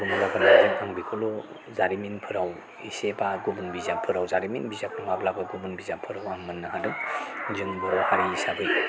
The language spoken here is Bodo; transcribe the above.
आं बेखौल' जारिमिनफोराव एसे एबा गुबुन बिजाबफोराव जारिमिन बिजाबफ्राव माब्लाबा गुबुन बिजाबफोराव आं मोननो हादों जों बर' हारि हिसाबै